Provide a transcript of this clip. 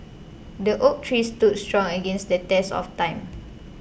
the oak tree stood strong against the test of time